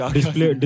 Display